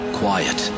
quiet